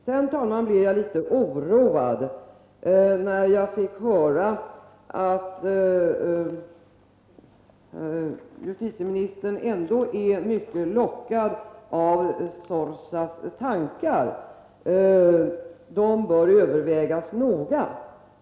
Herr talman! Jag blev litet oroad när jag fick höra att justitieministern ändå är mycket lockad av Sorsas tankar, som enligt justitieministern bör övervägas noga.